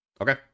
Okay